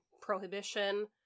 prohibition